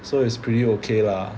so it's pretty okay lah